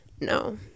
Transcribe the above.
No